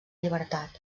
llibertat